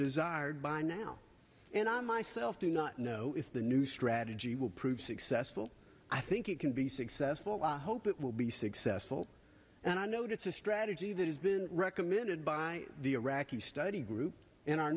desired by now and i myself do not know if the new strategy will prove successful i think it can be successful i hope it will be successful and i know that's a strategy that has been recommended by the iraqi study group and our